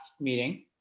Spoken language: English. meeting